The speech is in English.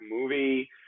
movie